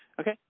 Okay